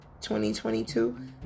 2022